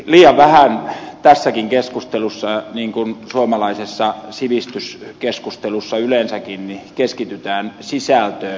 liian vähän tässäkin keskustelussa niin kuin suomalaisessa sivistyskeskustelussa yleensäkin keskitytään sisältöön